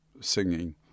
singing